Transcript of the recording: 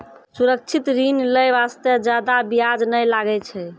सुरक्षित ऋण लै बास्ते जादा बियाज नै लागै छै